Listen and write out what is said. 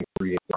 create